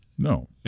No